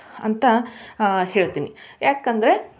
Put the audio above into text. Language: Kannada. ಅಂತ ಹೇಳ್ತೀನಿ ಯಾಕೆ ಅಂದರೆ